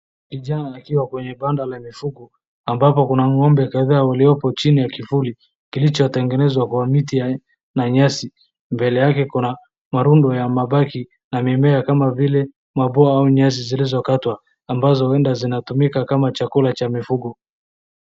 Kijana kwenye banda la mifugo, ambako kuna ng'ome kadhaa walioko chini ya kivuli kilichotengenezwa kwa miti ya na nyasi. Mbele yake kuna marundu ya mabati na mimea kama vile maboa au nyasi zilizokatwa ambazo kuenda zinatumika kama chakula cha mifugo.